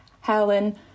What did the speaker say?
Helen